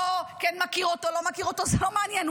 כן מכיר אותו, לא מכיר אותו, זה לא מעניין.